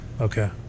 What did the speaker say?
okay